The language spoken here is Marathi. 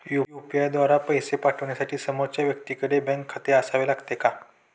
यु.पी.आय द्वारा पैसे पाठवण्यासाठी समोरच्या व्यक्तीकडे बँक खाते असावे लागते का?